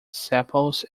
sepals